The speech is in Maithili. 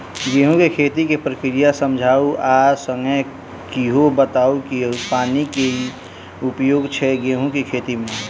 गेंहूँ केँ खेती केँ प्रक्रिया समझाउ आ संगे ईहो बताउ की पानि केँ की उपयोग छै गेंहूँ केँ खेती में?